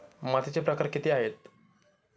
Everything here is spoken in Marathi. मातीचे प्रकार किती आहेत?